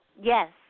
Yes